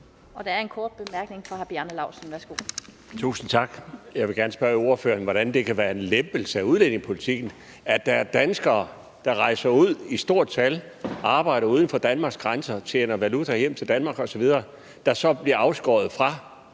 Bjarne Laustsen. Værsgo. Kl. 16:50 Bjarne Laustsen (S): Tusind tak. Jeg vil gerne spørge ordføreren, hvordan det kan være en lempelse af udlændingepolitikken, at der er danskere, der rejser ud i stort tal, arbejder uden for Danmarks grænser, tjener valuta hjem til Danmark osv., som så bliver afskåret fra